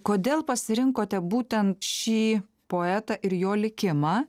kodėl pasirinkote būtent šį poetą ir jo likimą